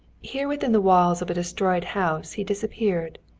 here within the walls of a destroyed house he disappeared.